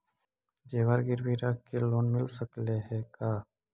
जेबर गिरबी रख के लोन मिल सकले हे का?